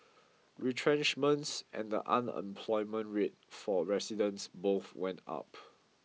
retrenchments and the unemployment rate for residents both went up